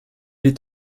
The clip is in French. est